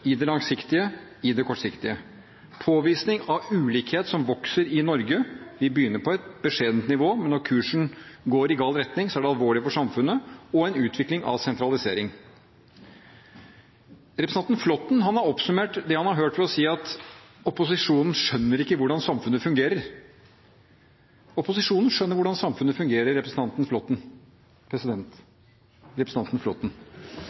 i det langsiktige og i det kortsiktige. Det har vært påvisning av ulikhet som vokser i Norge – vi begynner på et beskjedent nivå, men når kursen går i gal retning, er det alvorlig for samfunnet – og en utvikling av sentralisering. Representanten Flåtten har oppsummert det han har hørt, med å si at opposisjonen ikke skjønner hvordan samfunnet fungerer. Opposisjonen skjønner hvordan samfunnet fungerer.